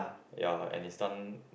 ya and is done